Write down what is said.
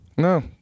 No